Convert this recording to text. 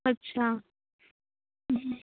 ਅੱਛਾ ਹੁੰ ਹੁੰ